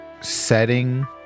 setting